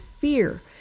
fear